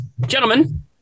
Gentlemen